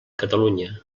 catalunya